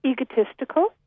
Egotistical